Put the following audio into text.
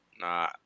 Nah